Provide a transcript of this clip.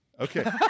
Okay